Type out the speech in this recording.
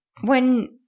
When-